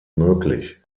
möglich